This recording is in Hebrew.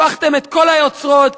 הפכתם את כל היוצרות,